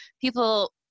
People